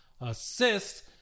assist